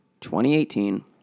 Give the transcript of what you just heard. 2018